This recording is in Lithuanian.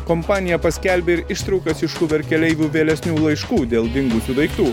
kompanija paskelbė ir ištraukas iš uber keleivių vėlesnių laiškų dėl dingusių daiktų